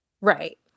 Right